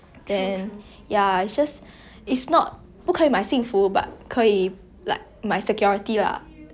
like a sense of security you know ya